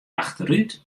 achterút